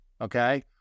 okay